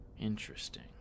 Interesting